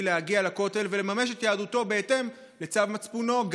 להגיע לכותל ולממש את יהדותו בהתאם לצו מצפונו,